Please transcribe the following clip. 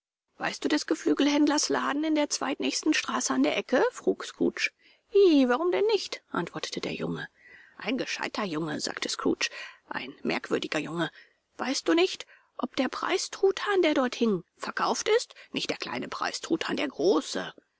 weißt du des geflügelhändlers laden in der zweitnächsten straße an der ecke frug scrooge i warum denn nicht antwortete der junge ein gescheiter junge sagte scrooge ein merkwürdiger junge weißt du nicht ob der preistruthahn der dort hing verkauft ist nicht der kleine preistruthahn der große